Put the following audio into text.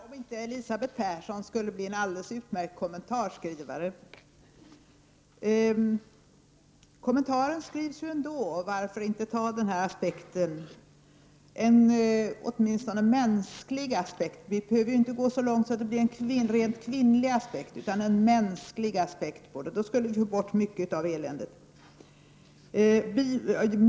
Fru talman! Jag undrar om inte Elisabeth Persson skulle bli en alldeles utmärkt kommentarskrivare. Kommentaren skrivs ändå, och varför inte anlägga den här aspekten — en åtminstone mänsklig aspekt. Vi behöver ju inte gå så långt att det blir en rent kvinnlig aspekt, utan det borde vara en mänsklig aspekt. Då skulle vi få bort mycket av eländet.